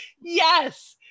yes